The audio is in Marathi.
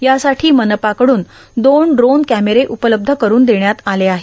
यासाठां मनपाकडून दोन ड्रोन कॅमेरे उपलब्ध करुन देण्यात आले आहेत